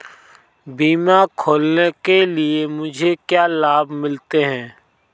बीमा खोलने के लिए मुझे क्या लाभ मिलते हैं?